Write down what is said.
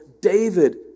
David